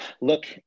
look